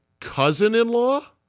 cousin-in-law